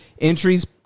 Entries